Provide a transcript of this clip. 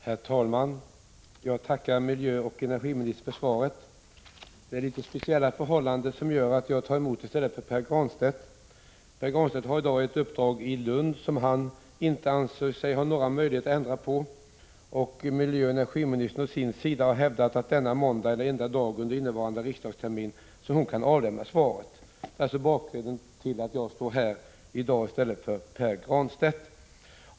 Herr talman! Jag tackar miljöoch energiministern för svaret. Det är litet speciella förhållanden som gör att jag tar emot det i stället för Pär Granstedt. Pär Granstedt har i dag ett uppdrag i Lund som han inte ansåg sig ha några möjligheter att ändra på. Miljöoch energiministern å sin sida har hävdat att denna måndag är den enda dagen under innevarande riksdagstermin då hon kan lämna svaret. Detta är alltså bakgrunden till att jag står här i dag i stället för Pär Granstedt.